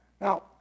Now